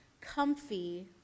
comfy